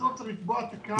בסוף צריך לקבוע את הקהל.